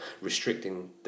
restricting